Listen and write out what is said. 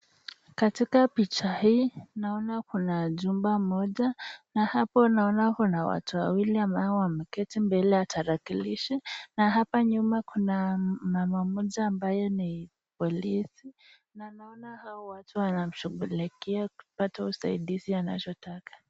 Katika picha hii naona kuna jumba moja na hapo naona kuna watu wawili ambao wameketi mbele ya kitarakilishi, na hapa nyuma kuna mama moja ambaye ni polisi, na ninaona hao watu wanamshughulikia kupata usaidizi anachotaka.